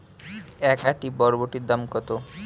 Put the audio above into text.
এক আঁটি বরবটির দাম কত?